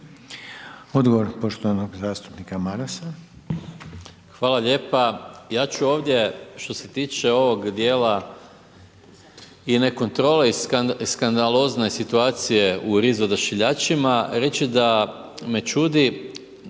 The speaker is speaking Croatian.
Odgovor poštovanog zastupnika Čuraja.